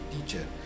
teacher